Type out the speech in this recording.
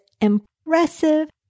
impressive